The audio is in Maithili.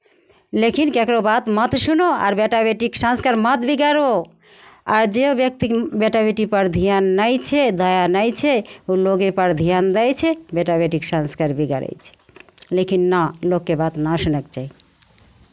लेकिन ककरो बात मत सुनू आर बेटा बेटीक संस्कार मत बिगाड़ू आर जे व्यक्ति बेटा बेटीपर धियान नहि छै दया नहि छै लोगेपर धियान दै छै बेटा बेटीक संस्पकार बिगाड़ै छै लेकिन नहि लोकके बात नहि सुनयके चाही